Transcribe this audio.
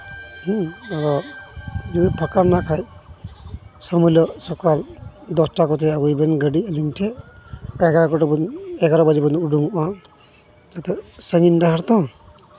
ᱟᱫᱚ ᱡᱩᱫᱤ ᱯᱷᱟᱸᱠᱟ ᱢᱮᱱᱟᱜ ᱠᱷᱟᱡ ᱥᱳᱢᱵᱟᱨ ᱦᱤᱞᱳᱜ ᱥᱚᱠᱟᱞ ᱫᱚᱥᱴᱟ ᱠᱚᱛᱮ ᱟᱹᱜᱩᱭᱵᱮᱱ ᱜᱟᱹᱰᱤ ᱟᱹᱞᱤᱧ ᱴᱷᱮᱡ ᱮᱜᱟᱨᱚᱴᱟ ᱠᱚᱛᱮᱵᱮᱱ ᱮᱜᱟᱨᱳ ᱵᱟᱡᱮ ᱵᱮᱱ ᱩᱰᱩᱠᱚᱜᱼᱟ ᱪᱮᱫᱟᱜ ᱥᱟᱺᱜᱤᱧ ᱰᱟᱦᱟᱨ ᱛᱚ